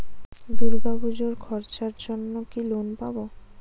দূর্গাপুজোর খরচার জন্য কি লোন পাব?